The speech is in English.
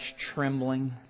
trembling